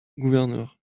gouverneur